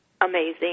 amazing